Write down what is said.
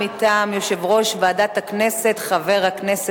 ההצבעה: בעד, 21,